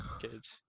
kids